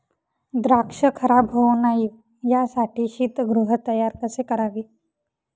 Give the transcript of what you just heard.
द्राक्ष खराब होऊ नये यासाठी शीतगृह तयार कसे करावे?